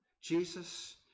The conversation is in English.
Jesus